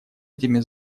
этими